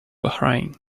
bahrain